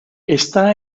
está